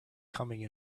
coming